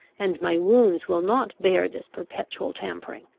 and my wounds will not bear this perpetual tampering.